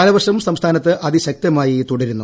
കാലവർഷ് സംസ്ഥാനത്ത് അതിശക്തമായി തുടരുന്നു